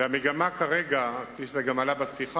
המגמה כרגע, כפי שזה גם עלה בשיחה,